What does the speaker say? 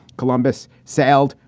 columbus sailed.